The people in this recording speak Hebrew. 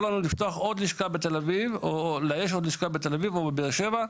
לנו לאייש עוד לשכה בתל אביב או בבאר שבע,